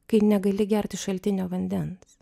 kai negali gerti šaltinio vandens